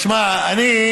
תראה,